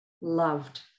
loved